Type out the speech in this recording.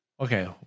Okay